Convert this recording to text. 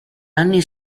anni